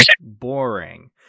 boring